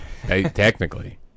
technically